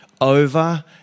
over